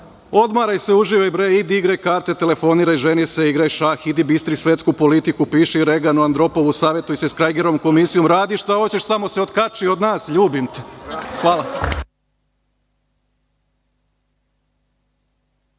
odmaraj se, uživaj bre, idi igraj karte, telefoniraj, ženi se, igraj šah, idi bistri svetsku politiku, piši Reganu, Andropolu, savetuj se sa Kragerovom komisijom, radi šta hoćeš, samo se otkači od nas, ljubim te. Hvala.